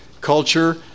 culture